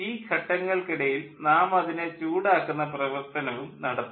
ഈ ഘട്ടങ്ങൾക്കിടയിൽ നാം അതിനെ ചൂടാക്കുന്ന പ്രവർത്തനവും നടത്തും